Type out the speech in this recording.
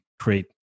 create